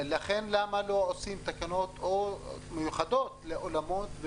לכן למה לא עושים תקנות מיוחדות לאולמות,